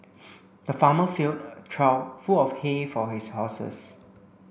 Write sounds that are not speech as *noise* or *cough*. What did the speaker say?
*noise* the farmer filled a trough full of hay for his horses